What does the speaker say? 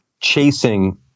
chasing